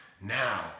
Now